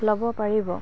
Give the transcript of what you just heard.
ল'ব পাৰিব